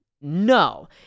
No